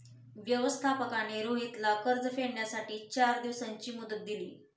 व्यवस्थापकाने रोहितला कर्ज फेडण्यासाठी चार दिवसांची मुदत दिली